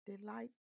Delight